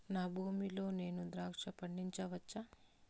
నా భూమి లో నేను ద్రాక్ష పండించవచ్చా?